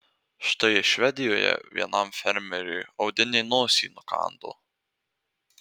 štai švedijoje vienam fermeriui audinė nosį nukando